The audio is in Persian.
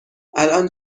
الان